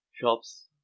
Shops